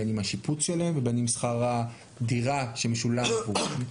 בין אם השיפוץ שלהם ובין אם שכר הדירה שמשולם עבורם.